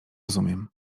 rozumiem